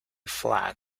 flag